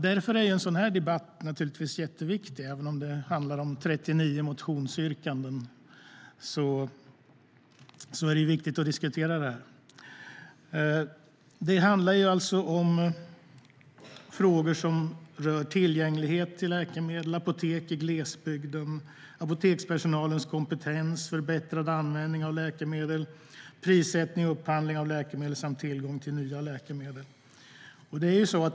Därför är en sådan här debatt jätteviktig. Även om det handlar om 39 motionsyrkanden är det viktigt att diskutera det. Det handlar alltså om tillgänglighet till läkemedel, apotek i glesbygden, apotekspersonalens kompetens, förbättrad användning av läkemedel, prissättning och upphandling av läkemedel samt tillgång till nya läkemedel.